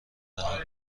دهند